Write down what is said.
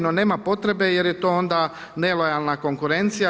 No, nema potrebe jer je to onda nelojalna konkurencija.